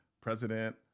president